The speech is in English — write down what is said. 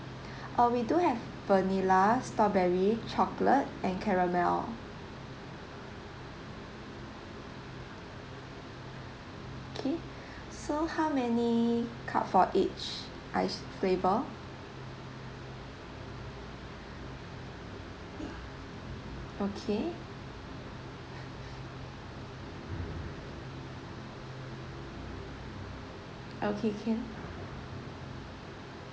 uh we do have vanilla strawberry chocolate and caramel okay so how many cup for each ice flavor okay okay can